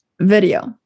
video